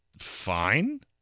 fine